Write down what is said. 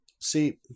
see